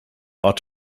ought